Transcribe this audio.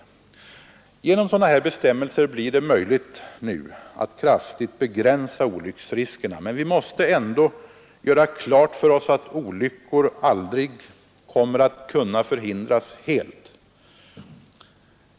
Genom sådana här bestämmelser blir det möjligt att kraftigt begränsa olycksriskerna, men vi måste också göra klart för oss att olyckor aldrig kommer att kunna förhindras helt.